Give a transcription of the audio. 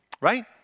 right